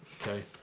okay